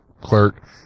clerk